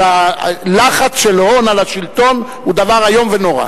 אבל הלחץ של הון על השלטון הוא דבר איום ונורא.